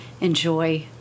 enjoy